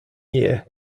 year